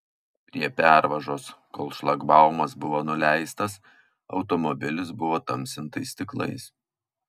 prie pervažos kol šlagbaumas buvo nuleistas automobilis buvo tamsintais stiklais